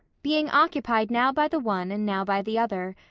being occupied now by the one and now by the other,